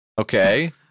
Okay